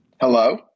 Hello